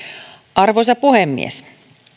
arvoisa puhemies